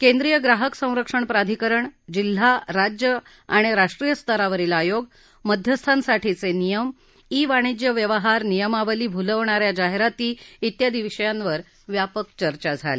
केंद्रीय ग्राहक संरक्षण प्राधिकरण जिल्हा राज्य आणि राष्ट्रीय स्तरावरील आयोग मध्यस्थांसाठीचे नियम ई वाणिज्य व्यवहार नियमावली भुलवणा या जाहिराती उयादी विषयांवर व्यापक चर्चा झाली